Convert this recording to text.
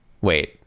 Wait